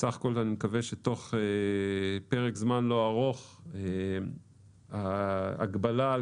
בסך הכול אני מקווה שתוך פרק זמן לא ארוך ההגבלה על